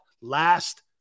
last